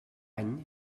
any